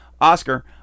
Oscar